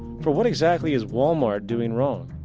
for what exactly is walmart doing wrong?